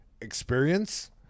experience